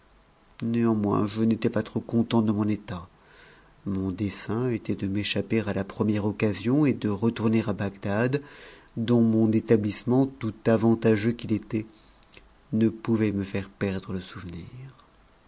néanmoins je n'étais p s t'j content de mon état mon dessein était de m'échapper à ta pren occasion et de retourner bagdad dont mon établissement tout tgcux qu'h était ne pouvait mo faire perdre f souvenir